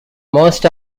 most